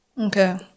okay